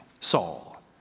Saul